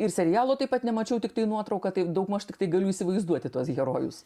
ir serialo taip pat nemačiau tiktai nuotrauką taip daugmaž tiktai galiu įsivaizduoti tuos herojus